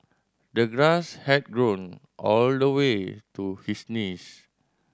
the grass had grown all the way to his knees